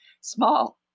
small